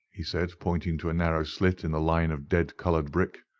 he said, pointing to a narrow slit in the line of dead-coloured brick.